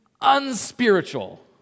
unspiritual